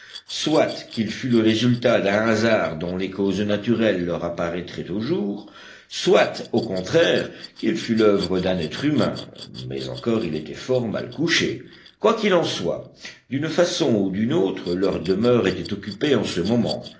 soit qu'il fût le résultat d'un hasard dont les causes naturelles leur apparaîtraient au jour soit au contraire qu'il fût l'oeuvre d'un être humain mais encore ils étaient fort mal couchés quoi qu'il en soit d'une façon ou d'une autre leur demeure était occupée en ce moment